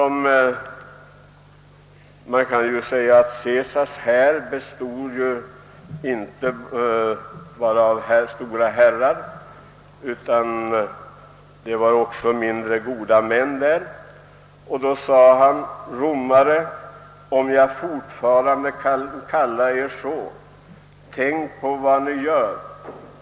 Caesars här bestod ju inte bara av stora herrar utan också av mindre goda män. Brutus sade: »Romare, om jag fortfarande kan kalla er så, tänk på vad ni gör.